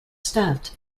staffed